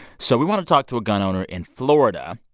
so we wanted to talk to a gun owner in florida.